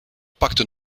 pakte